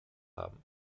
haben